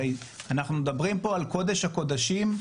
הרי אנחנו מדברים פה על קודש הקודשים,